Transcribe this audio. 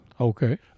Okay